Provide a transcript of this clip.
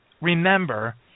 remember